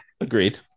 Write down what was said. Agreed